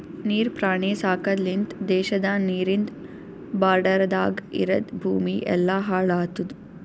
ನೀರ್ ಪ್ರಾಣಿ ಸಾಕದ್ ಲಿಂತ್ ದೇಶದ ನೀರಿಂದ್ ಬಾರ್ಡರದಾಗ್ ಇರದ್ ಭೂಮಿ ಎಲ್ಲಾ ಹಾಳ್ ಆತುದ್